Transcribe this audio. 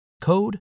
code